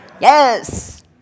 Yes